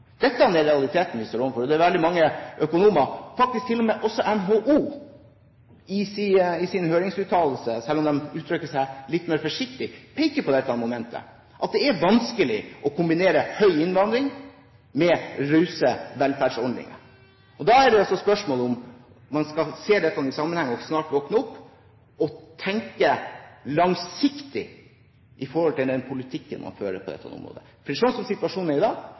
Dette er realiteten vi står overfor. Det er veldig mange økonomer, faktisk til og med NHO i sin høringsuttalelse, selv om de uttrykker seg litt mer forsiktig, som peker på dette momentet. Det er vanskelig å kombinere høy innvandring med rause velferdsordninger. Da er det et spørsmål om man skal se dette i sammenheng og snart våkne opp og tenke langsiktig i forhold til den politikken man fører på dette området. For slik som situasjonen er i dag,